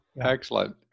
Excellent